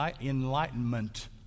enlightenment